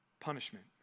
punishment